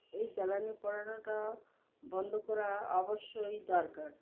এই জ্বালানি পোড়ানোটা বন্ধ করা অবশ্যই দরকার